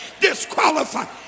disqualified